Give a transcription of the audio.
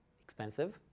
expensive